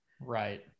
Right